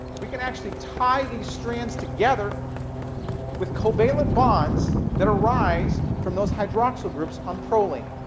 we can actually tie these strands together with covalent bonds that arise from those hydroxyl groups on proline.